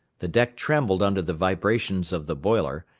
the deck trembled under the vibrations of the boiler,